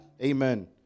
Amen